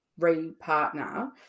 repartner